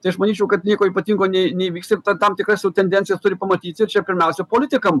tai aš manyčiau kad nieko ypatingo ne neįvyks ir tam tikras jau tendencijas turi pamatyt ir čia pirmiausia politikam